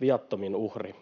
viattomin uhri.